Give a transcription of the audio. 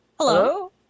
Hello